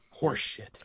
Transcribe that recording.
Horseshit